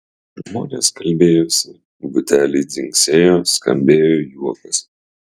žmonės kalbėjosi buteliai dzingsėjo skambėjo juokas